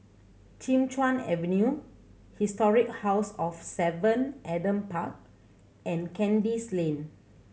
Kim Chuan Avenue Historic House of Seven Adam Park and Kandis Lane